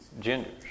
genders